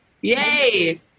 yay